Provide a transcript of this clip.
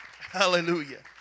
Hallelujah